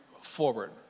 forward